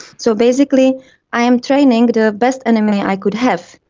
so basically i am training the best enemy i could have.